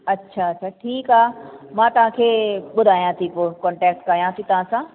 अच्छा अच्छा ठीकु आहे मां तव्हांखे ॿुधायां थी पोइ कॉन्टेक्ट कयां थी तव्हां सां